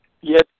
Yes